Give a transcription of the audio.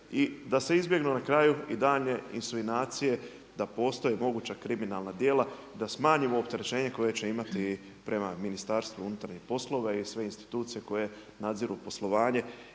i da se izbjegnu na kraju i daljnje insinuacije da postoje moguća kriminalna djela i da smanjimo opterećenje koje će imati prema Ministarstvu unutarnjih poslova i sve institucije koje nadziru poslovanje.